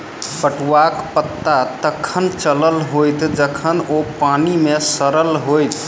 पटुआक पता तखन चलल होयत जखन ओ पानि मे सड़ल होयत